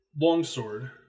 longsword